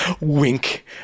Wink